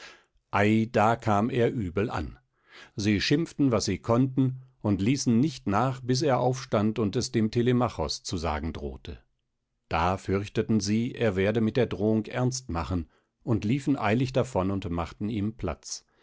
da kam er übel an sie schimpften was sie konnten und ließen nicht nach bis er aufstand und es dem telemachos zu sagen drohte da fürchteten sie er werde mit der drohung ernst machen und liefen eilig davon und machten ihm platz